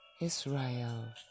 Israel